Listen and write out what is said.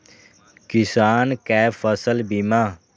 किसान कै फसल बीमा?